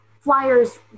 Flyers